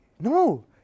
No